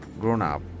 grown-up